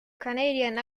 canadian